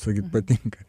sakyti patinka